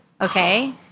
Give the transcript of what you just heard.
Okay